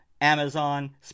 Amazon